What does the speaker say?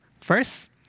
First